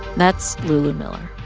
that's lulu miller.